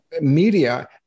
media